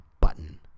button